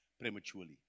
prematurely